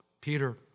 Peter